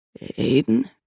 Aiden